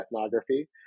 ethnography